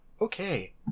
Okay